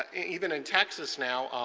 ah even in texas now,